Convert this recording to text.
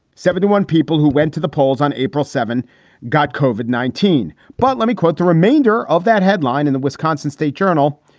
seventy one people who went to the polls on april seven got koven nineteen. but let me quote the remainder of that headline in the wisconsin state journal.